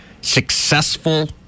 successful